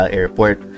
airport